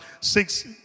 six